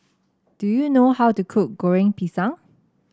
do you know how to cook Goreng Pisang